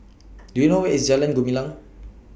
Do YOU know Where IS Jalan Gumilang